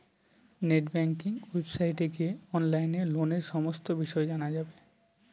net banking ওয়েবসাইটে গিয়ে অনলাইনে লোনের সমস্ত বিষয় জানা যাবে